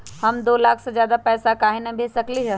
हम दो लाख से ज्यादा पैसा काहे न भेज सकली ह?